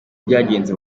byagenze